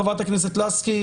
חברת הכנסת לסקי,